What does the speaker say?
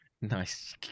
Nice